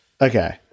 Okay